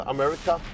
America